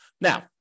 Now